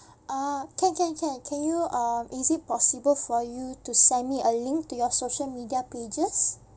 ah can can can can you um is it possible for you to send me a link to your social media pages